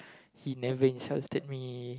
he never insulted me